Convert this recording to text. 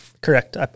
Correct